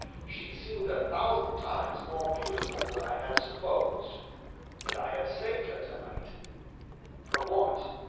she seemed a thousand times more beautiful than i had supposed. and i had saved her tonight from what?